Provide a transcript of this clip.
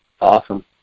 Awesome